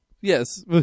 Yes